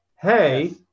hey